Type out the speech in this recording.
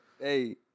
Hey